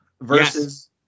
versus